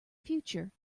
future